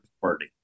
party